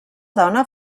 dona